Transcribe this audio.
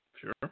Sure